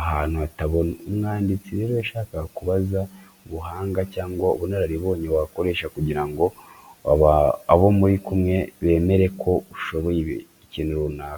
ahantu hatabona. Umwanditsi rero yashakaga kubaza ubuhanga cyangwa ubunararibonye wakoresha kugira ngo abo muri kumwe bemere ko ushoboye ikintu runaka.